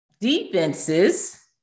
defenses